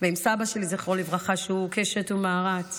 ועם סבא שלי, זכרו לברכה, שהוא קייס שטו מהרט,